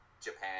Japan